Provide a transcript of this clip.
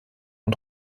und